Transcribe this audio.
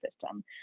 system